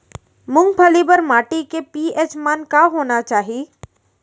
मूंगफली बर माटी के पी.एच मान का होना चाही?